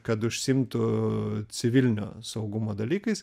kad užsiimtų civilinio saugumo dalykais